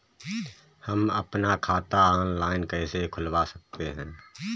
हम अपना खाता ऑनलाइन कैसे खुलवा सकते हैं?